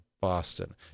Boston